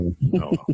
No